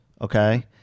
Okay